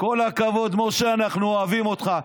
כל הכבוד, משה, אנחנו אוהבים אותך.